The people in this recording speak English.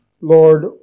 Lord